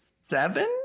seven